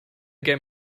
game